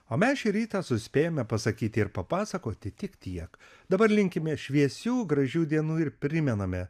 o mes šį rytą suspėjome pasakyti ir papasakoti tik tiek dabar linkime šviesių gražių dienų ir primename